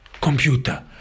computer